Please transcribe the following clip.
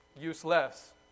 useless